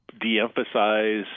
de-emphasize